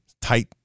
Tight